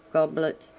goblets,